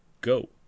go